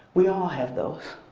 we all have those.